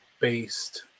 based